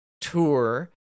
tour